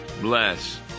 bless